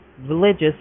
religious